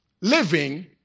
living